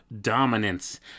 dominance